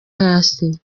hasi